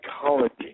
psychology